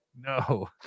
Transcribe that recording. No